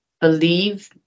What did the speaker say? believe